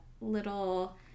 little